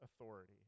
authority